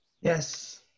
Yes